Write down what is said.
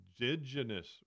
indigenous